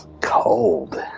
cold